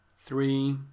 three